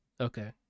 Okay